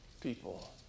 people